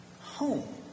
Home